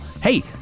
hey